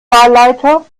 wahlleiter